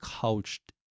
couched